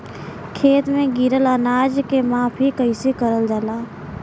खेत में गिरल अनाज के माफ़ी कईसे करल जाला?